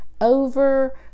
over